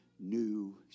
New